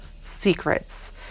secrets